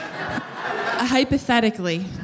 Hypothetically